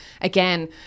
again